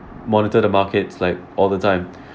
monitor the markets like all the time